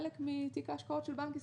חלק מתיק ההשקעות של בנק ישראל.